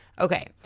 okay